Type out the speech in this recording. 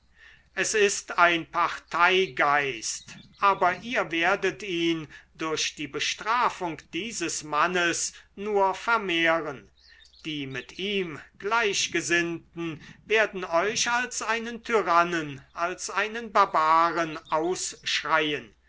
es ist ein parteigeist aber ihr werdet ihn durch die bestrafung dieses mannes nur vermehren die mit ihm gleichgesinnten werden euch als einen tyrannen als einen barbaren ausschreien